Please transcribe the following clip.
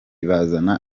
bazana